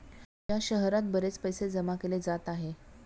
या शहरात बरेच पैसे जमा केले जात आहे